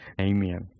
amen